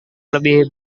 lebih